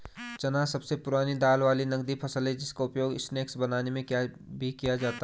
चना सबसे पुरानी दाल वाली नगदी फसल है जिसका उपयोग स्नैक्स बनाने में भी किया जाता है